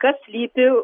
kas slypi